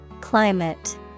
Climate